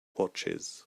watches